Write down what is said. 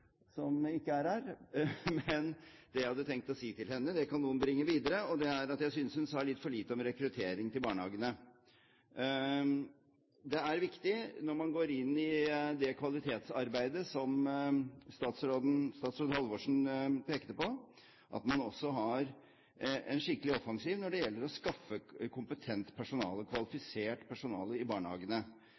som ikke er her akkurat nå, men det jeg hadde tenkt å si til henne, kan noen bringe videre: Jeg synes hun sa litt for lite om rekruttering til barnehagene. Det er viktig når man går inn i det kvalitetsarbeidet, som statsråd Halvorsen pekte på, at man også har en skikkelig offensiv når det gjelder å skaffe kompetent personale, kvalifisert personale, i barnehagene.